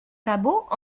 sabots